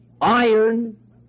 iron